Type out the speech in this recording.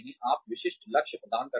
आप विशिष्ट लक्ष्य प्रदान करते हैं